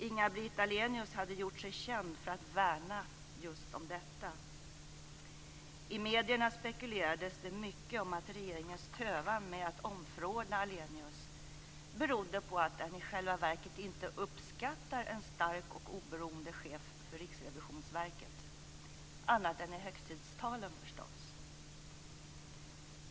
Inga-Britt Ahlenius hade gjort sig känd för att värna just detta. I medierna spekulerades det mycket om att regeringens tövan med att omförordna Ahlenius berodde på att den i själva verket inte uppskattar en stark och oberoende chef för Riksrevisionsverket - annat än i högtidstalen förstås.